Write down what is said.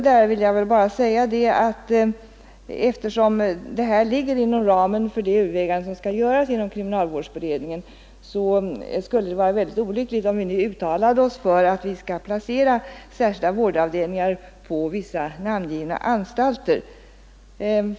Där vill jag bara säga det att eftersom detta ligger inom ramen för de överväganden som skall göras inom kriminalvårdsberedningen så skulle det vara väldigt olyckligt om vi nu uttalade oss för att vi skall placera särskilda vårdavdelningar på vissa namngivna anstalter.